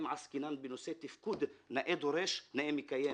אם עסקינן בנושא תפקוד, נאה דורש, נאה מקיים.